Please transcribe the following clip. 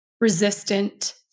resistant